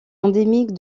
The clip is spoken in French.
endémique